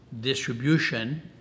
distribution